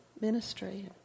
ministry